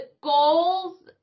goals